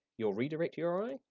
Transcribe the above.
you'll redirect uri,